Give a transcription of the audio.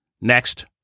Next